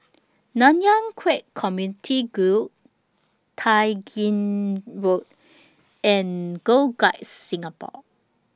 Nanyang Khek Community Guild Tai Gin Road and Girl Guides Singapore